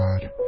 God